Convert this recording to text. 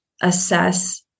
assess